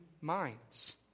minds